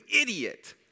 idiot